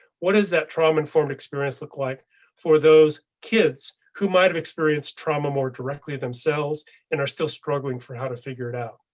what is that trauma informed experience look like for those kids who might have experienced trauma more directly themselves and are still struggling for how to figure it out?